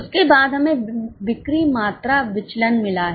उसके बाद हमें बिक्री मात्रा विचलन मिला है